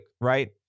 right